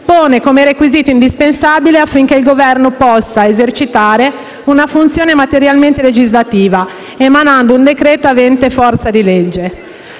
pone come requisito indispensabile affinché il Governo possa esercitare una funzione materialmente legislativa, emanando un decreto avente forza di legge.